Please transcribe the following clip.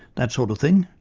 that sort of thing.